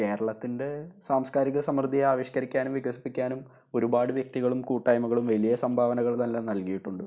കേരളത്തിന്റെ സാംസ്കാരിക സമൃദ്ധി ആവിഷ്കരിക്കാനും വികസിപ്പിക്കാനും ഒരുപാട് വ്യക്തികളും കൂട്ടായ്മകളും വലിയ സംഭാവനകള് തന്നെ നല്കിയിട്ടുണ്ട്